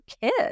kids